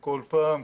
כל פעם,